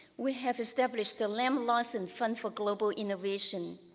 we have established the lam-larsen fund for global innovation,